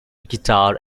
guitar